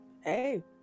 Hey